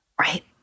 right